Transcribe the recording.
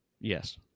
Yes